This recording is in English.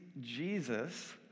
Jesus